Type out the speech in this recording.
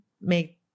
make